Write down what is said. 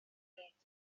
bryd